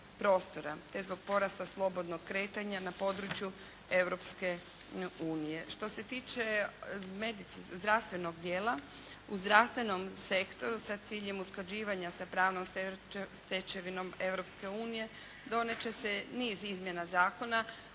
te zbog porasta slobodnog kretanja na području Europske unije. Što se tiče zdravstvenog dijela, u zdravstvenom sektoru sa ciljem usklađivanja sa pravnom stečevinom Europske unije donijet će se niz izmjena zakona